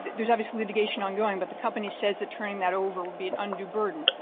there's obviously litigation ongoing, but the company says that turning that over would be an undue burden.